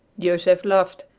joseph laughed.